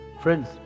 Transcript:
Friends